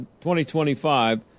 2025